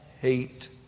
hate